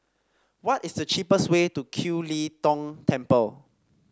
what is the cheapest way to Kiew Lee Tong Temple